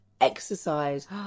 exercise